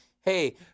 hey